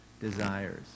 desires